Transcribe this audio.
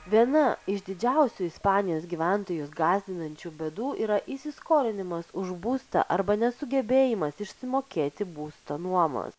viena iš didžiausių ispanijos gyventojus gąsdinančių bėdų yra įsiskolinimas už būstą arba nesugebėjimas išsimokėti būsto nuomos